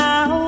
Now